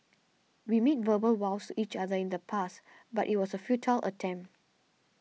we made verbal vows to each other in the past but it was a futile attempt